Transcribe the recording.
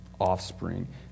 Offspring